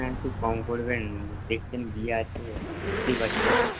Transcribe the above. হ্যাঁ একটু কম করবেন দেখছেন বিয়ে আছে বুঝতেই পারছেন